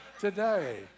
today